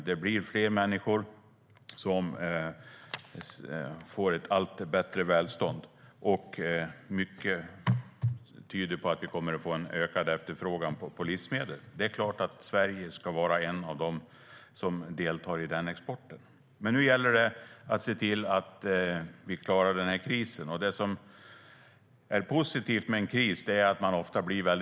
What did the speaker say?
Det blir fler människor som får ett allt bättre välstånd, och mycket tyder på att vi kommer att få en ökad efterfrågan på livsmedel. Det är klart att Sverige ska vara en av dem som deltar i denna export. Nu gäller det dock att se till att vi klarar den här krisen. Det som är positivt med en kris är att man ofta blir kreativ.